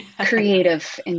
creative